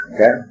Okay